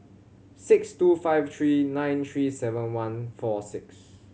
six two five three nine three seven one four six